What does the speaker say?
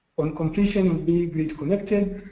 on completion will be grid connected.